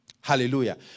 Hallelujah